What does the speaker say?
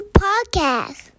podcast